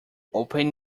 open